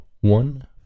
one